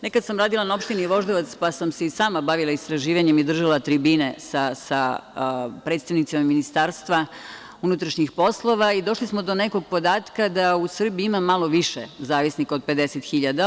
Nekada sam radila na opštini Voždovac, pa sam se i sama bavila istraživanjem i držala tribine sa predstavnicima MUP i došli smo do nekog podatka da u Srbiji ima malo više zavisnika od 50.000.